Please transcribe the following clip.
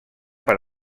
per